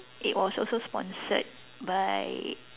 it was also sponsored by